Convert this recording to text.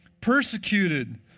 persecuted